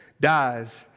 dies